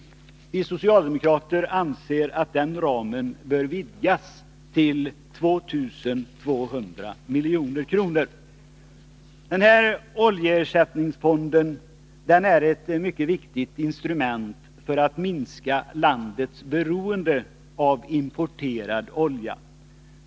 Vi socialdemokrater anser att den ramen bör vidgas till 2 200 milj.kr. Oljeersättningsfonden är ett mycket viktigt instrument för att minska landets beroende av importerad olja.